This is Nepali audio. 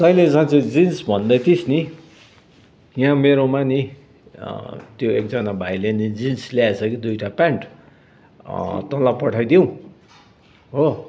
तैँले साँच्ची जिन्स भन्दैथिइस् नि यहाँ मेरोमा नि त्यो एकजना भाइले नि जिन्स ल्याएको छ कि दुईवटा पेन्ट तँलाई पठाइदिउँ हो